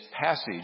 passage